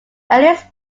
earliest